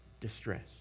distress